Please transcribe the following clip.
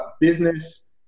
business